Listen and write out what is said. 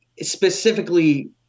specifically